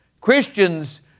Christians